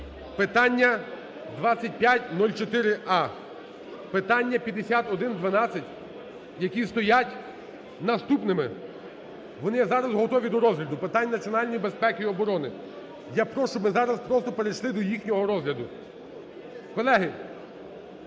питання 2504а, питання 5112, які стоять наступними, вони є зараз готові до розгляду, питання національної безпеки і оборони. Я прошу, щоб ми зараз просто перейшли до їхнього розгляду. Колеги,